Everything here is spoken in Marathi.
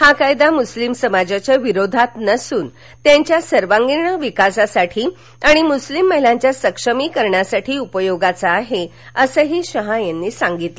हा कायदा मुस्लीम समाजाच्या विरोधात नसून त्यांच्या सर्वांगीण विकासासाठी आणि मुस्लीम महिलांच्या सक्षमी करणासाठी उपयोगाचा आहे असं ही शहा यांनी सांगितलं